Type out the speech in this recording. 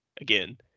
Again